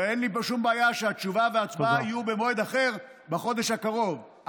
ואין לי שום בעיה שהתשובה וההצבעה יהיו במועד אחר בחודש הקרוב.